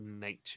nature